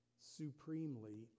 Supremely